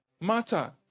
matter